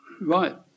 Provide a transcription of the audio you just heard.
right